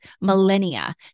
millennia